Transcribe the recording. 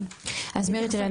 אז מירי תראי,